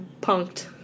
punked